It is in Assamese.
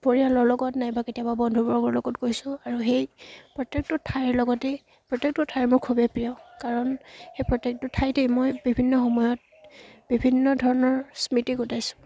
পৰিয়ালৰ লগত নাইবা কেতিয়াবা বন্ধুবৰ্গৰ লগত গৈছোঁ আৰু সেই প্ৰত্যেকটো ঠাইৰ লগতেই প্ৰত্যেকটো ঠাইৰ মোৰ খুবেই প্ৰিয় কাৰণ সেই প্ৰত্যেকটো ঠাইতেই মই বিভিন্ন সময়ত বিভিন্ন ধৰণৰ স্মৃতি গোটাইছোঁ